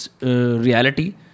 reality।